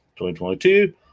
2022